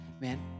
man